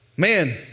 man